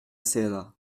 serra